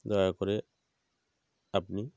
দয়া করে আপনি